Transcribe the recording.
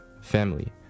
family